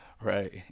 Right